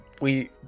we-